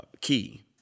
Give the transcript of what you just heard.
key